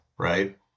right